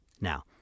Now